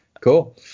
cool